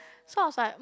so I was like